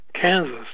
Kansas